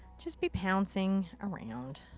just be pouncing around.